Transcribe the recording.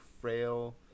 frail